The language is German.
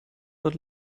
dort